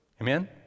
Amen